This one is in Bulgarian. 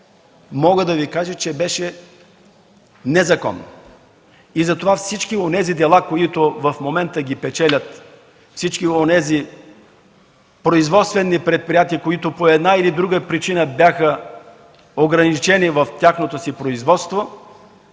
мога да Ви кажа, че беше незаконно. И затова всички дела, които в момента ги печелят онези производствени предприятия, които по една или друга причина бяха ограничени в тяхното си производство,